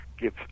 give